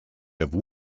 have